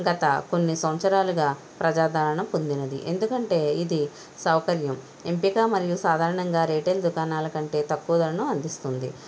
గత కొన్ని సంవత్సరాలుగా ప్రజాదారణ పొందినది ఎందుకంటే ఇది సౌకర్యం ఎంపిక మరియు సాధారణంగా రీటైల్ దుకాణాల కంటే తక్కువ ధరను అందిస్తుంది